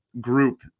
group